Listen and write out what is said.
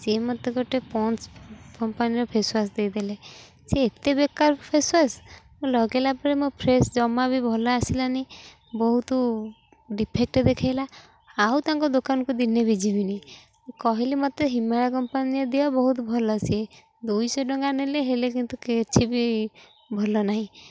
ସିଏ ମୋତେ ଗୋଟେ ପଣ୍ଡସ କମ୍ପାନୀର ଫେସ୍ ୱାଶ୍ ଦେଇଦେଲେ ସିଏ ଏତେ ବେକାର ଫେସ୍ ୱାଶ୍ ମୁଁ ଲଗାଇଲା ପରେ ମୋ ଫେଶ୍ ଜମା ବି ଭଲ ଆସିଲାନି ବହୁତ ଡିଫେକ୍ଟ ଦେଖାଇଲା ଆଉ ତାଙ୍କ ଦୋକାନକୁ ଦିନେ ବି ଯିବିନି କହିଲେ ମୋତେ ହିମାଳୟ କମ୍ପାନୀର ଦିଅ ବହୁତ ଭଲ ସିଏ ଦୁଇଶହ ଟଙ୍କା ନେଲେ ହେଲେ କିନ୍ତୁ କିଛି ବି ଭଲ ନାହିଁ